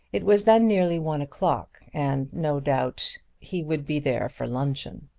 it was then nearly one o'clock, and no doubt he would be there for luncheon.